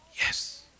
Yes